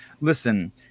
listen